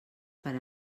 per